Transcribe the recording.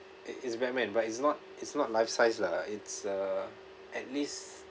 it it's batman but it's not it's not life size lah it's uh at least